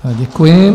Děkuji.